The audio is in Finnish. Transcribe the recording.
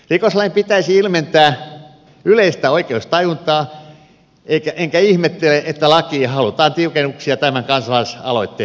rikoslain pitäisi ilmentää yleistä oikeustajuntaa enkä ihmettele että lakiin halutaan tiukennuksia tämän kansalaisaloitteen muodossa